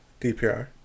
DPR